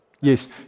Yes